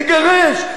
תגרש,